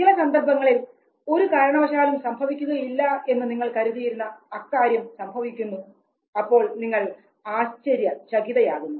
ചില സന്ദർഭങ്ങളിൽ ഒരു കാരണവശാലും സംഭവിക്കുകയില്ല എന്ന് നിങ്ങൾ കരുതിയിരുന്ന അക്കാര്യം സംഭവിക്കുന്നു അപ്പോൾ നിങ്ങൾ ആശ്ചര്യ ചകിതയാകുന്നു